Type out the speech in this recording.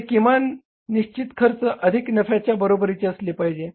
ते किमान निश्चित खर्च अधिक नफ्याच्या बरोबरीचे असले पाहिजे